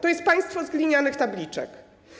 To jest państwo z glinianych tabliczek.